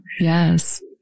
Yes